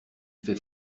fait